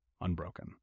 unbroken